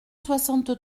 soixante